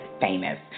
famous